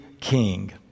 king